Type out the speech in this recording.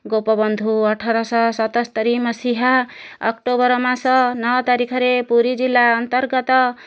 ଗୋପବନ୍ଧୁ ଅଠରଶହ ସତସ୍ତରି ମସିହା ଅକ୍ଟୋବର ମାସ ନଅ ତାରିଖରେ ପୁରୀ ଜିଲ୍ଲା ଅନ୍ତର୍ଗତ